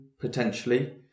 potentially